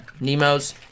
Nemo's